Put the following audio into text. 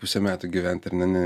pusę metų gyvent ar ne ne